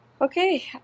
okay